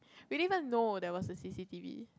we didn't even know there was a C_C_T_V